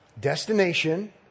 destination